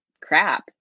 crap